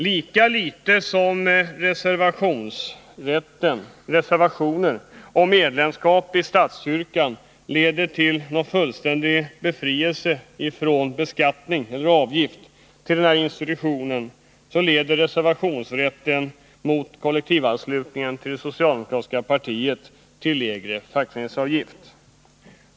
Lika litet som reservationer i fråga om medlemskap i statskyrkan leder till någon fullständig befrielse från beskattning eller avgift till den institutionen leder reservationer mot kollektivanslutning till socialdemokratiska partiet till lägre fackföreningsavgift.